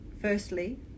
firstly